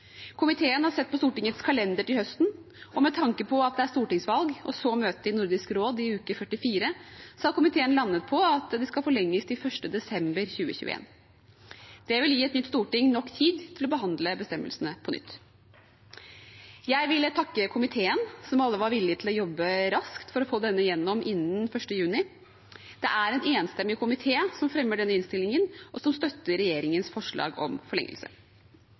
Komiteen har sett på Stortingets kalender til høsten, og med tanke på at det er stortingsvalg og så møte i Nordisk råd i uke 44, har komiteen landet på at det skal forlenges til 1. desember 2021. Det vil gi et nytt storting nok tid til å behandle bestemmelsene på nytt. Jeg vil takke komiteen, der alle var villige til å jobbe raskt for å få dette igjennom innen 1. juni. Det er en enstemmig komité som fremmer denne innstillingen, og som støtter regjeringens forslag om forlengelse.